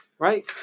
Right